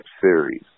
series